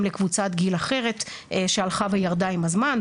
לקבוצת גיל אחרת שהלכה וירדה עם הזמן.